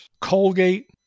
Colgate